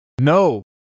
No